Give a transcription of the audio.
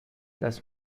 das